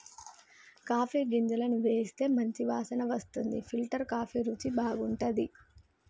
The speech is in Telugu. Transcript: కాఫీ గింజలను వేయిస్తే మంచి వాసన వస్తుంది ఫిల్టర్ కాఫీ రుచి బాగుంటది